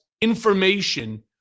information